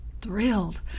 thrilled